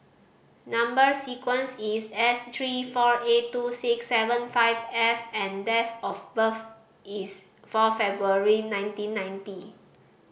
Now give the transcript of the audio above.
number sequence is S three four eight two six seven five F and date of birth is four February nineteen ninety